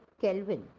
Kelvin